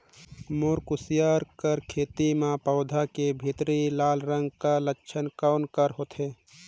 मोर कुसियार कर खेती म पौधा के भीतरी लाल रंग कर लक्षण कौन कर होथे?